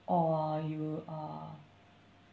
or you are